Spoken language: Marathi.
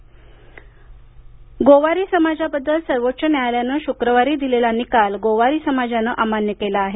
गोवारी गोवारी समाजाबद्दल सर्वोच न्यायालयानं शुक्रवारी दिलेला निकाल गोवारी समाजानं अमान्य केला आहे